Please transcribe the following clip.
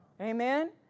amen